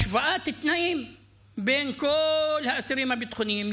השוואת תנאים בין כל האסירים הביטחוניים,